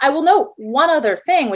i will note one other thing